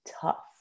tough